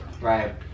Right